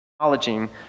Acknowledging